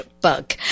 bug